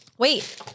Wait